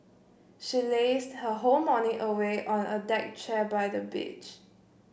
she lazed her whole morning away on a deck chair by the beach